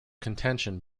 contention